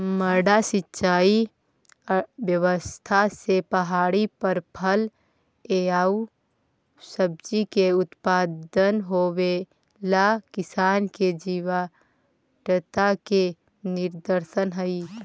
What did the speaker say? मड्डा सिंचाई व्यवस्था से पहाड़ी पर फल एआउ सब्जि के उत्पादन होवेला किसान के जीवटता के निदर्शन हइ